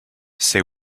say